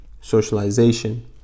socialization